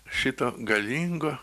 šito galingo